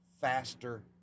faster